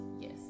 Yes